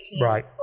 Right